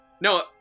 No